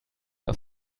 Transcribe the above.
auf